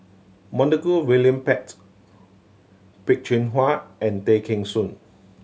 Montague William Pett Peh Chin Hua and Tay Kheng Soon